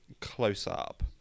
close-up